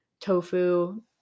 tofu